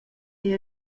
egl